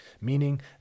meaning